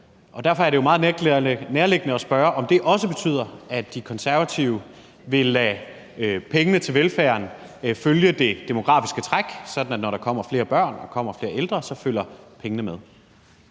Derfor er det jo meget nærliggende at spørge, om det også betyder, at De Konservative vil lade pengene til velfærden følge det demografiske træk, sådan at når der kommer flere børn og der kommer flere ældre, følger pengene med.